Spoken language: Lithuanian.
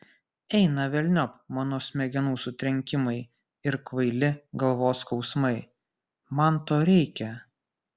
eina velniop mano smegenų sutrenkimai ir kvaili galvos skausmai man to reikia